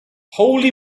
holy